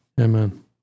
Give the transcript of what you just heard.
Amen